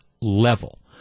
level